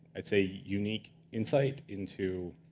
i'd say, unique insight into